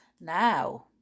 Now